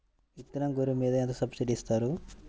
విత్తనం గొర్రు మీద ఎంత సబ్సిడీ ఇస్తారు?